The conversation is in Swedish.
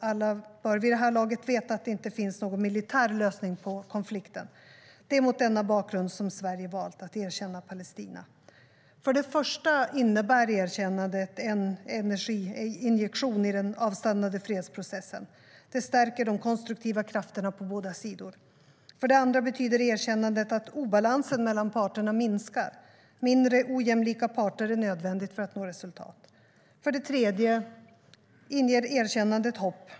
Alla bör vid det här laget veta att det inte finns någon militär lösning på konflikten. Det är mot denna bakgrund som Sverige har valt att erkänna Palestina. För det första innebär erkännandet en energiinjektion i den avstannade fredsprocessen. Det stärker de konstruktiva krafterna på båda sidor. För det andra betyder erkännandet att obalansen mellan parterna minskar. Mindre ojämlika parter är nödvändigt för att nå resultat. För det tredje inger erkännandet hopp.